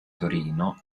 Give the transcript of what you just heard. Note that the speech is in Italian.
torino